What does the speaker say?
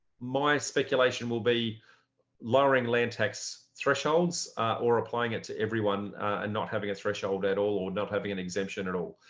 my speculation will be lowering lowering land tax thresholds or applying it to everyone and not having a threshold at all or not having an exemption at all.